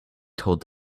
told